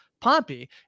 Pompey